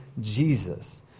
Jesus